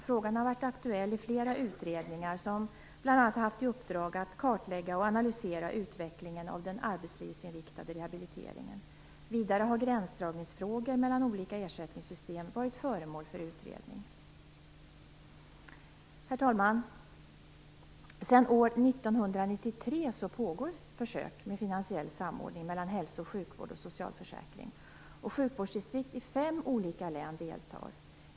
Frågan har varit aktuell i flera utredningar som bl.a. har haft i uppdrag att kartlägga och analysera utvecklingen av den arbetslivsinriktade rehabiliteringen. Vidare har gränsdragningsfrågor mellan olika ersättningssystem varit föremål för utredning. Herr talman! Sedan år 1993 pågår försök med finansiell samordning mellan hälso och sjukvård och socialförsäkring. Sjukvårdsdistrikt i fem olika län deltar.